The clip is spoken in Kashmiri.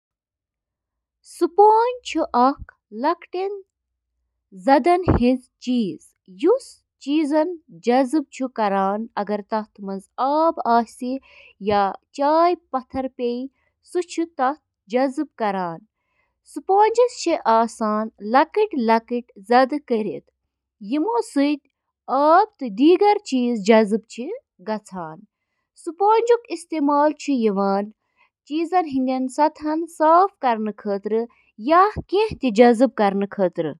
اکھ ٹوسٹر چُھ گرمی پٲدٕ کرنہٕ خٲطرٕ بجلی ہنٛد استعمال کران یُس روٹی ٹوسٹس منٛز براؤن چُھ کران۔ ٹوسٹر اوون چِھ برقی کرنٹ سۭتۍ کوائلن ہنٛد ذریعہٕ تیار گژھن وٲل انفراریڈ تابکٲری ہنٛد استعمال کٔرتھ کھین بناوان۔